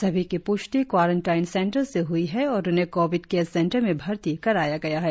सभी की प्ष्ति क्वारंटिन सेंटर से हई है और उन्हें कोविड केयर सेंटर में भर्ती कराया गया है